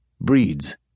Breeds